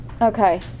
Okay